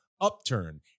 Upturn